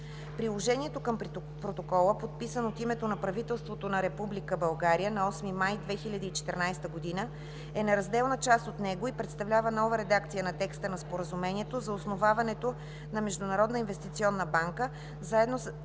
Приложението към протокола, подписан от името на правителството на Република България на 8 май 2014 г., е неразделна част от него и представлява нова редакция на текста на Споразумението за основаването на Международна инвестиционна банка заедно